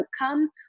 outcome